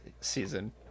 season